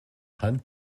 hand